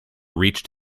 reached